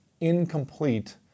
incomplete